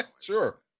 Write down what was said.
sure